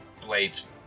blades